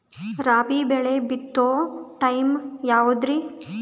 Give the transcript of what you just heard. ರಾಬಿ ಬೆಳಿ ಬಿತ್ತೋ ಟೈಮ್ ಯಾವದ್ರಿ?